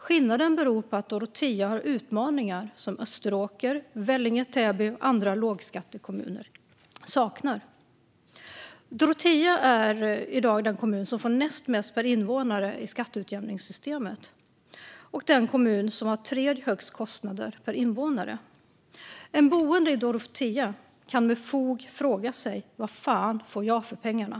Skillnaden beror på att Dorotea har utmaningar som Österåker, Vellinge, Täby och andra lågskattekommuner saknar. Dorotea är i dag den kommun som får näst mest per invånare i skatteutjämningssystemet och den kommun som har tredje högst kostnader per invånare. En boende i Dorotea kan med fog fråga sig: Vad fan får jag för pengarna?